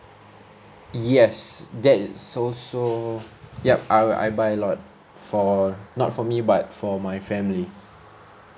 yes that it's also ya I'll I buy a lot for not for me but for my family